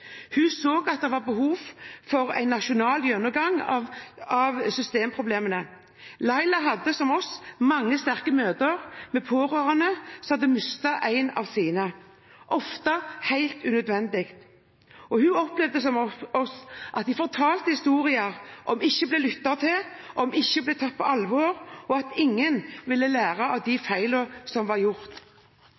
Hun så at det var behov for en nasjonal gjennomgang av systemproblemene. Hun hadde, som oss, mange sterke møter med pårørende som hadde mistet en av sine, ofte helt unødvendig, og hun opplevde, som oss, at de fortalte historier om ikke å bli lyttet til, om ikke å bli tatt på alvor, og at ingen ville lære av de feilene som var gjort.